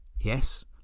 yes